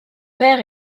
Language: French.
père